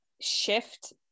shift